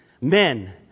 Men